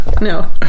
No